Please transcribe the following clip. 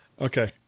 Okay